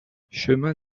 chemin